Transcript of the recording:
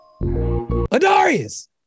Adarius